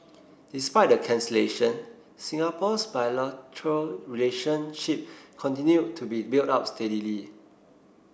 despite the cancellation Singapore's bilateral relationship continued to be built up steadily